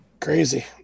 Crazy